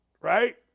right